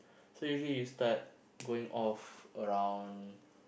so usually you start going off around